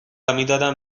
میدادم